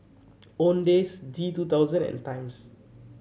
Owndays G two thousand and Times